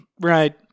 right